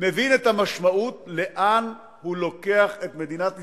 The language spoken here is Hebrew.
מבין את המשמעות, לאן הוא לוקח את מדינת ישראל.